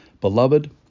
Beloved